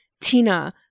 Tina